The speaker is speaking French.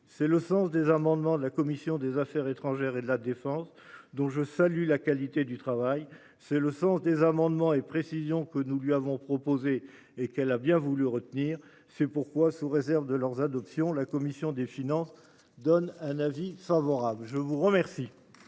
c'est le sens des amendements de la commission des Affaires étrangères et de la défense, dont je salue la qualité du travail, c'est le sens des amendements et précisions que nous lui avons proposé et qu'elle a bien voulu retenir c'est pourquoi sous réserve de leurs adoption la commission des finances, donne un avis favorable. Je vous remercie.